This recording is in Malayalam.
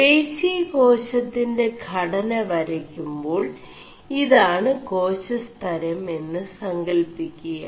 േപശീേകാശøിൻെറ ഘടന വരയ് ുേ2ാൾ ഇതാണ് േകാശസ്തരം എM് സ ൽçി ുക